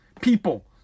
people